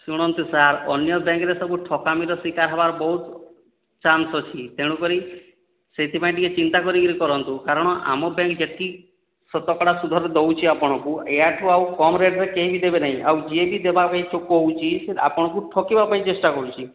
ଶୁଣନ୍ତୁ ସାର୍ ଅନ୍ୟ ବ୍ୟାଙ୍କରେ ସବୁ ଠକାମିର ଶିକାର ହେବାର ବହୁତ ଚାନ୍ସ ଅଛି ତେଣୁ କରି ସେଥିପାଇଁ ଟିକେ ଚିନ୍ତା କରିକି କରନ୍ତୁ କାରଣ ଆମ ପାଇଁ ଯେତିକି ଶତକଡ଼ା ସୁଧରେ ଦେଉଛି ଆପଣଙ୍କୁ ୟାଠୁ ଆଉ କମ୍ ରେଟ୍ ରେ କେହିବି ଦେବେ ନାହିଁ ଆଉ ଯିଏ ବି ଦେବା ପାଇଁ କହୁଛି ଆପଣଙ୍କୁ ଠକିବା ପାଇଁ ଚେଷ୍ଟା କରୁଛି